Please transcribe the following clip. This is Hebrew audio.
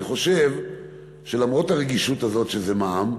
אני חושב שלמרות הרגישות הזאת, שזה מע"מ,